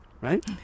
Right